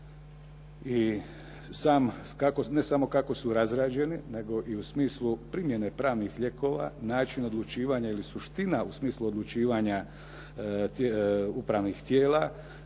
Ne samo kako su razrađeni, nego i u smislu primjene pravnih lijekova, način odlučivanja ili suština u smislu odlučivanja upravnih tijela.